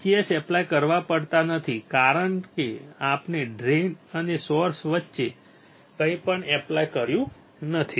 VGS apply કરવા પડતા નથી પછી આપણે ડ્રેઇન અને સોર્સ વચ્ચે કંઈપણ એપ્લાય કર્યું નથી